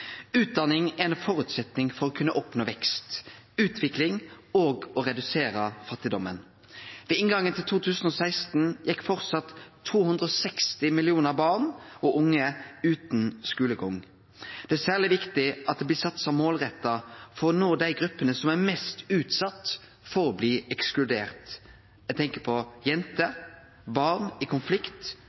utdanning. Utdanning er ein føresetnad for å kunne oppnå vekst, utvikling og redusere fattigdomen. Ved inngangen til 2016 gjekk framleis 260 millionar barn og unge utan skulegang. Det er særleg viktig at det blir satsa målretta for å nå dei gruppene som er mest utsette for å bli ekskluderte. Eg tenkjer på jenter, barn i konflikt,